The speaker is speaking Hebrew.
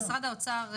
אז משרד האוצר,